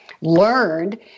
learned